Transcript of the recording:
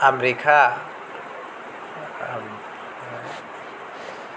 America